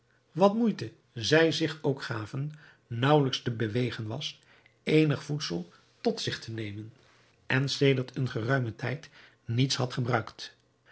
wat moeite zij zich ook gaven naauwelijks te bewegen was eenig voedsel tot zich te nemen en sedert een geruimen tijd niets had gebruikt